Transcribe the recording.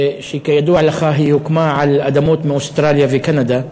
שכידוע לך היא הוקמה על אדמות מאוסטרליה וקנדה,